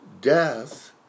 death